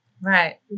Right